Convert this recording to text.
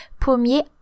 pommier